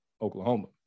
Oklahoma